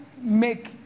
make